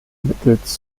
mittels